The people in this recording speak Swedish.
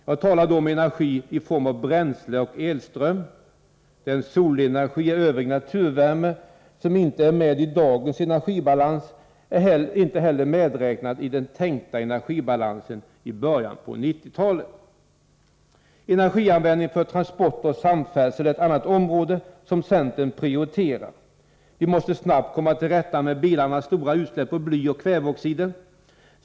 Jag talar då om energi i form av bränsle och elström. Den solenergi och övrig naturvärme som inte är med i dagens energibalans är inte heller medräknad i den tänkta energibalansen i början på 1990-talet. Energianvändning för transporter och samfärdsel är ett annat område som centern prioriterar. Vi måste snabbt komma till rätta med bilarnas stora utsläpp av bly och kväveoxider.